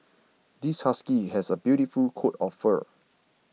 this husky has a beautiful coat of fur